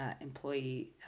employee